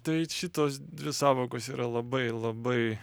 tai šitos dvi sąvokos yra labai labai